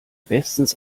bestens